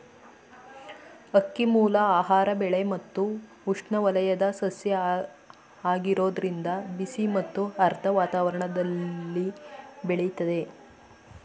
ಅಕ್ಕಿಮೂಲ ಆಹಾರ ಬೆಳೆ ಮತ್ತು ಉಷ್ಣವಲಯದ ಸಸ್ಯ ಆಗಿರೋದ್ರಿಂದ ಬಿಸಿ ಮತ್ತು ಆರ್ದ್ರ ವಾತಾವರಣ್ದಲ್ಲಿ ಬೆಳಿತದೆ